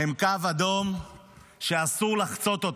הם קו אדום שאסור לחצות אותו.